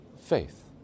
faith